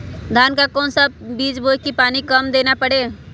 धान का कौन सा बीज बोय की पानी कम देना परे?